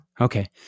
Okay